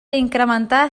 incrementar